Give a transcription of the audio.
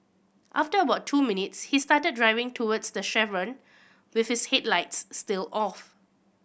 after about two minutes he started driving towards the chevron with his headlights still off